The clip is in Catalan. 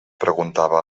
preguntava